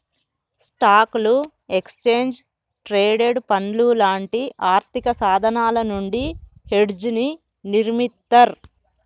స్టాక్లు, exchange traded ఫండ్లు లాంటి ఆర్థికసాధనాల నుండి హెడ్జ్ని నిర్మిత్తర్